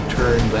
turn